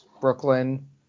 Brooklyn